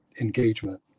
engagement